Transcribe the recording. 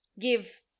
give